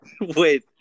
wait